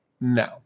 No